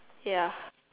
ya